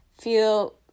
feel